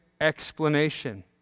explanation